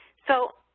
so